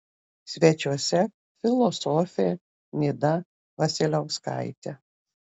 svečiuose filosofė nida vasiliauskaitė